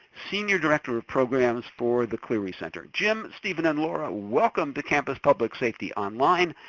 senior director of programs for the clery center. jim, steven and laura, welcome to campus public safety online.